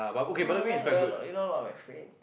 !walao! you know you know a lot of my friends